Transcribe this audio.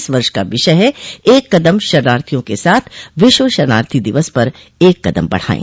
इस वर्ष का विषय है एक कदम शरणार्थियों के साथ विश्व शरणार्थी दिवस पर एक कदम बढ़ाएं